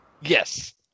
yes